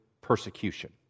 persecution